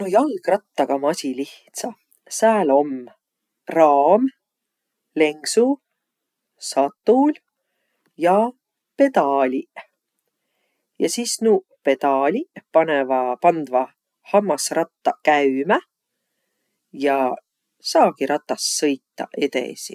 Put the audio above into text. No jalgrattaga om asi lihtsa. Sääl om raam, lenksuq, satul ja pedaaliq. Ja sis nuuq pedaaliq panõvaq pandvaq hammasrattaq käümä ja saagi ratas sõitaq edesi.